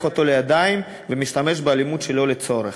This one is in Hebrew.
אותו לידיים ומשתמש באלימות שלא לצורך.